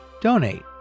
Donate